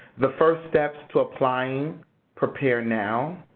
the first steps to applying prepare now,